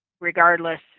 Regardless